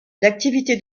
l’activité